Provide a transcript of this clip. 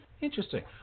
interesting